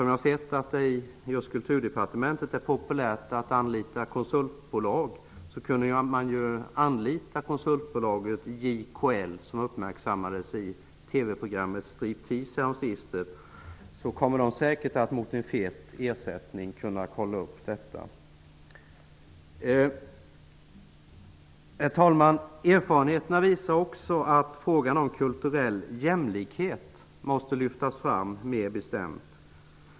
Jag har sett att det just i Kulturdepartementet är populärt att anlita konsultbolag, och då kan man ju anlita JKL, som uppmärksammades i TV-programmet Striptease nyligen. Detta konsultbolag kommer säkert att mot en fet ersättning kunna kontrollera detta. Herr talman! Erfarenheterna visar också att frågan om kulturell jämlikhet måste lyftas fram mer bestämt.